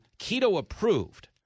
keto-approved